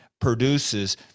produces